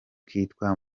kitwa